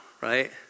right